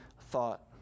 thought